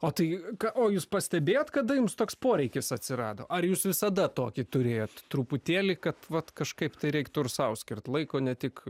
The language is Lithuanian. o tai ką o jūs pastebėjot kada jums toks poreikis atsirado ar jūs visada tokį turėjot truputėlį kad vat kažkaip tai reiktų ir sau skirti laiko ne tik